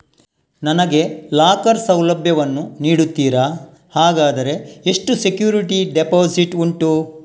ನನಗೆ ಲಾಕರ್ ಸೌಲಭ್ಯ ವನ್ನು ನೀಡುತ್ತೀರಾ, ಹಾಗಾದರೆ ಎಷ್ಟು ಸೆಕ್ಯೂರಿಟಿ ಡೆಪೋಸಿಟ್ ಉಂಟು?